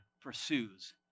pursues